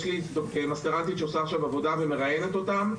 יש לי מסטרנטית שעושה עכשיו עבודה ומראיינת אותם,